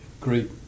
Great